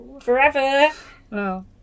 forever